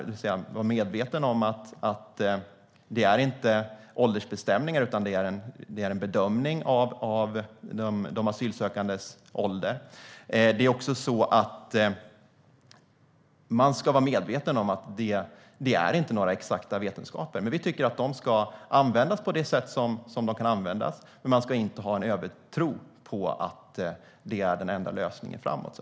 Man bör vara medveten om att det inte är åldersbestämningar utan en bedömning av de asylsökandes ålder. Man ska också vara medveten om att detta inte är några exakta vetenskaper. Vi tycker att de ska användas på de sätt som de kan användas, men man ska inte ha en övertro på att detta är den enda lösningen framöver.